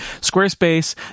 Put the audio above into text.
Squarespace